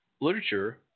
literature